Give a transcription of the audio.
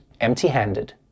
empty-handed